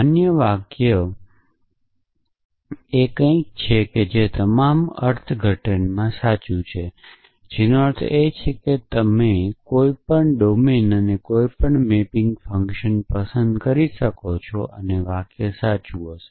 માન્ય વાક્ય એ કંઈક છે જે તમામ અર્થઘટનમાં સાચું છે જેનો અર્થ છે કે તમે કોઈપણ ડોમેન અને કોઈપણ મેપિંગ ફંકશન પસંદ કરી શકો છો અને વાક્ય સાચું હશે